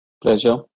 pleasure